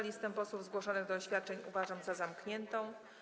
Listę posłów zgłoszonych do oświadczeń uważam za zamkniętą.